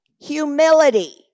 humility